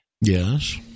Yes